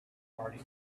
party